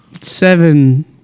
Seven